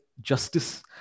justice